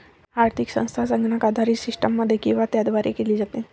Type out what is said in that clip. आर्थिक संस्था संगणक आधारित सिस्टममध्ये किंवा त्याद्वारे केली जाते